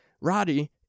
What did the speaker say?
Roddy